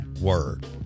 word